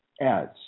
ads